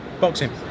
Boxing